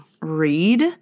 read